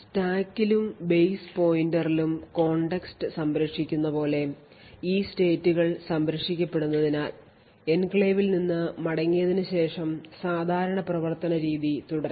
സ്റ്റാക്കിലും base പോയിന്ററിലും context സംരക്ഷിക്കുന്നപോലെ ഈ state കൾ സംരക്ഷിക്കപ്പെടുന്നതിനാൽ എൻക്ലേവിൽ നിന്ന് മടങ്ങിയതിന് ശേഷം സാധാരണ പ്രവർത്തന രീതി തുടരാം